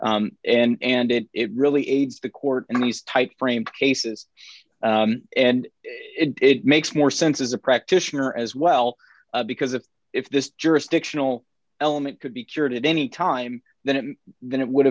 and and it it really aids the court in these type framed cases and it makes more sense as a practitioner as well because if if this jurisdictional element could be cured at any time then it then it would